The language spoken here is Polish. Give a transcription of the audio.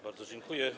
Bardzo dziękuję.